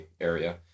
area